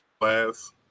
class